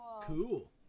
Cool